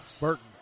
Burton